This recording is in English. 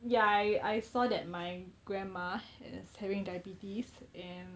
ya I I saw that my grandma is having diabetes and